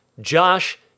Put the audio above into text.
Josh